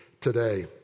today